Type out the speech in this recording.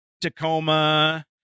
Tacoma